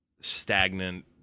stagnant